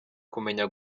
kumenya